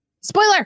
spoiler